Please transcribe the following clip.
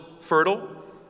fertile